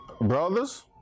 brothers